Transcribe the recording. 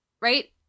right